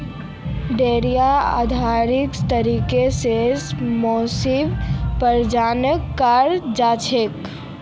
डेयरीत आर्टिफिशियल तरीका स मवेशी प्रजनन कराल जाछेक